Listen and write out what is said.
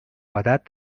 عادت